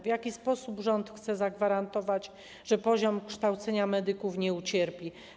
W jaki sposób rząd chce zagwarantować, że poziom kształcenia medyków nie ucierpi?